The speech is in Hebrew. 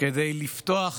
כדי לפתוח